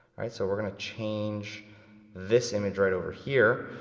right, so we're gonna change this image right over here,